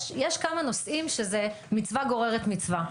יש כמה נושאים שזה מצווה גוררת מצווה.